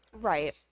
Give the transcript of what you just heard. Right